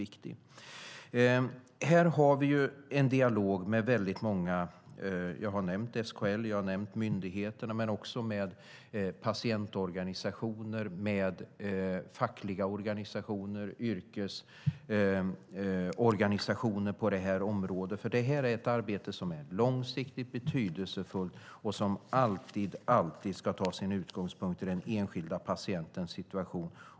Vi har en dialog med många. Jag har nämnt SKL och myndigheterna, men vi har en dialog också med patientorganisationer, fackliga organisationer och yrkesorganisationer. Det här är ett långsiktigt och betydelsefullt arbete som alltid ska ta sin utgångspunkt i den enskilda patientens situation.